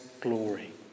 glory